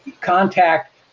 contact